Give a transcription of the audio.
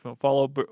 follow